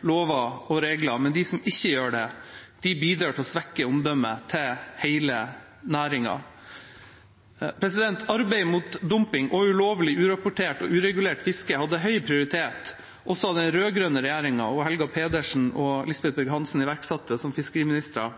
lover og regler, men de som ikke gjør det, bidrar til å svekke omdømmet til hele næringen. Arbeidet mot dumping og ulovlig, urapportert og uregulert fiske hadde høy prioritet også i den rød-grønne regjeringa. Helga Pedersen og Lisbeth Berg-Hansen iverksatte som fiskeriministre